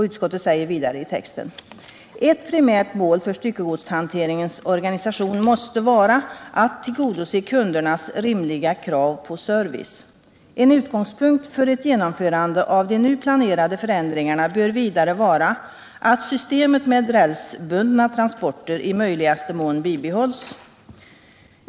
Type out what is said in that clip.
Utskottet säger vidare i texten: ”Ett primärt mål för styckegodshanteringens organisation måste enligt utskottets uppfattning vara att tillgodose kundernas rimliga krav på service. En utgångspunkt för ett genomförande av de nu planerade förändringarna bör vidare vara att systemet med rälsbundna transporter i möjligaste mån bibehålls.